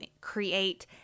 create